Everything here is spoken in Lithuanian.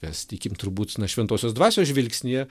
mes tikim turbūt na šventosios dvasios žvilgsnyje